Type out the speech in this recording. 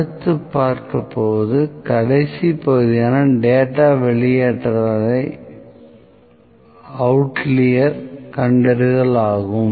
அடுத்து பார்க்கப்போவது கடைசி பகுதியான டேட்டா வெளியீட்டாளரை கண்டறிதல் ஆகும்